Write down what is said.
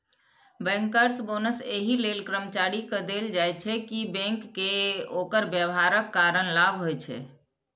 bankers bonus एहि लेल कर्मचारी कें देल जाइ छै, कि बैंक कें ओकर व्यवहारक कारण लाभ होइ छै